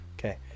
Okay